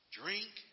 drink